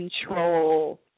control